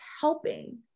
helping